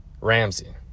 ramsey